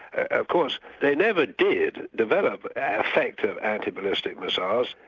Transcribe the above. of course, they never did develop effective antiballistic missiles,